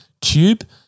tube